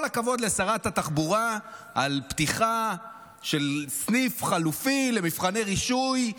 כל הכבוד לשרת התחבורה על פתיחה של סניף חלופי למבחני רישוי.